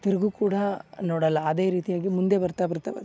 ತಿರ್ಗೂ ಕೂಡ ನೋಡಲ್ಲ ಅದೇ ರೀತಿಯಾಗಿ ಮುಂದೆ ಬರ್ತಾ ಬರ್ತಾ ಬರ್ತಾ